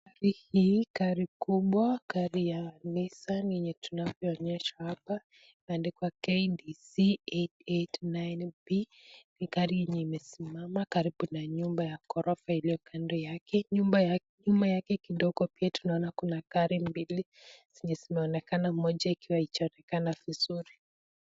Hii ni gari kubwa gari ya Nissan enye tunavyoonyeshwa hapa imeandikwa KDC889B ni gari enye imesimama karibu na nyumba ya ghorofa iliyo nlkando yake, nyuma yake kidogo pia tunaona kuna gari mbili zenye zimeonekana moja ikiwa haijaonekana vizuri.